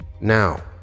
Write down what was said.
now